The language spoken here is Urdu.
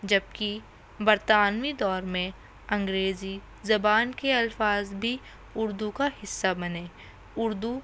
جبکہ برطانوی دور میں انگریزی زبان کے الفاظ بھی اردو کا حصہ بنے اردو